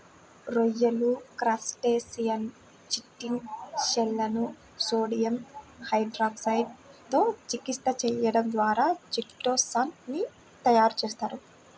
రొయ్యలు, క్రస్టేసియన్ల చిటిన్ షెల్లను సోడియం హైడ్రాక్సైడ్ తో చికిత్స చేయడం ద్వారా చిటో సాన్ ని తయారు చేస్తారు